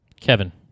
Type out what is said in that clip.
Kevin